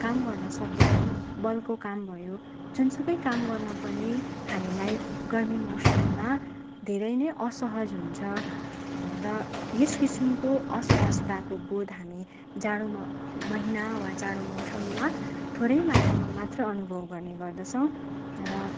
काम गर्न सक्दैनौँ बलको काम भयो जुनसुकै काम गर्न पनि हामीलाई गर्मी मौसममा धेरै नै असहज हुन्छ र यस किसिमको असहजताको बोध हामी जाडो महिना वा जाडो मौसममा थोरै मात्रामा मात्र अनुभव गर्ने गर्दछौँ र